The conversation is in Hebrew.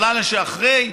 בלילה שאחרי,